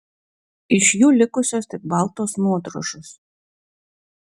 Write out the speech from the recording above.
iš jų likusios tik baltos nuodrožos